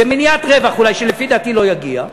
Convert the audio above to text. זה מניעת רווח אולי, שלפי דעתי לא יגיע.